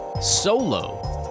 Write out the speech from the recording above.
solo